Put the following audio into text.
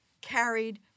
carried